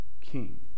king